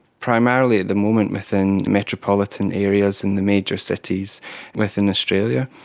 primarily at the moment within metropolitan areas in the major cities within australia.